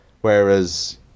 Whereas